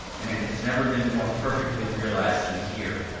and it has never been more perfectly realized than here,